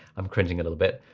i'm cringing a little bit,